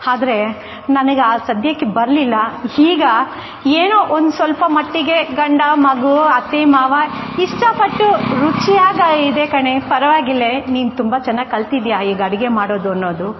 ಆದ್ರೆ ನನಗೆ ಆ ಸದ್ಯಕ್ಕೆ ಬರಲಿಲ್ಲ ಈಗ ಏನೋ ಒಂದು ಸ್ವಲ್ಪ ಮಟ್ಟಿಗೆ ಗಂಡ ಮಗು ಅತ್ತೆ ಮಾವ ಇಷ್ಟಪಟ್ಟು ರುಚಿಯಾಗಿ ಇದೆ ಕಣೆ ಪರವಾಗಿಲ್ಲೆ ನೀನು ತುಂಬ ಚೆನ್ನಾಗಿ ಕಲ್ತಿದೀಯ ಈಗ ಅಡುಗೆ ಮಾಡೋದು ಅನ್ನೋದು